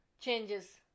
changes